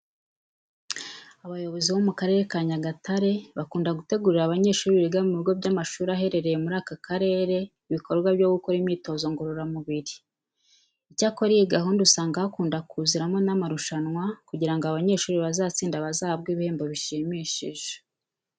Abayobozi bo mu Karere ka Nyagatare bakunda gutegurira abanyeshuri biga mu bigo by'amashuri aherereye muri aka karere ibikorwa byo gukora imyitozo ngororamubiri. Icyakora iyi gahunda usanga hakunda kuziramo n'amarushanwa kugira ngo abanyeshuri bazatsinda bazahabwe ibihembo bishimishije.